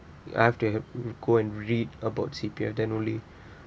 you have to have go and read about C_P_F then only